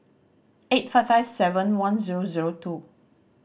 eight five five seven one zero zero two